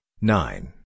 nine